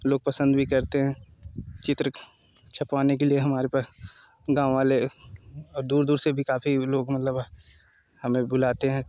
लोग पसंद भी करते हैं चित्र छपवाने के लिए हमारे पास गाँव वाले और दूर दूर से भी काफ़ी भी लोग मतलब हमें बुलाते हैं